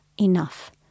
enough